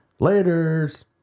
Laters